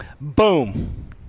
boom